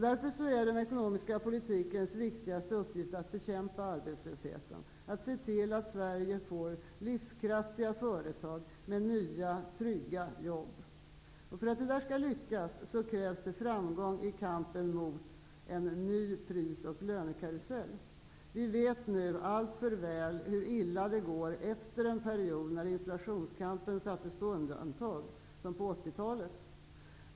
Därför är den ekonomiska politikens viktigaste uppgift att bekämpa arbetslösheten, att se till att Sverige får livskraftiga företag med nya och trygga jobb. För att detta skall lyckas krävs det framgång i kampen mot en ny pris och lönekarusell. Vi vet nu alltför väl hur illa det går efter en period då inflationskampen sattes på undantag, som på 80 talet.